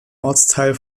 ortsteil